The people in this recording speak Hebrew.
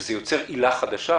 שזה יוצר עילה חדשה,